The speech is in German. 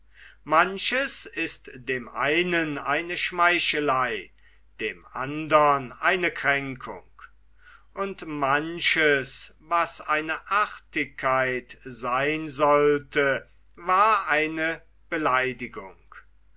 manches ist dem einen eine schmeichelei dem andern eine kränkung und manches was eine artigkeit seyn sollte war eine beleidigung